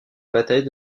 bataille